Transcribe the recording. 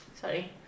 Sorry